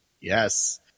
Yes